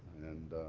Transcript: and